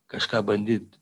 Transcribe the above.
kažką bandyt